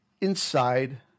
inside